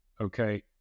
Okay